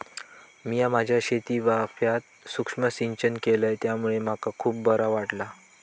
मिया माझ्या शेतीवाफ्यात सुक्ष्म सिंचन केलय त्यामुळे मका खुप बरा वाटला